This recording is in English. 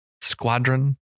squadron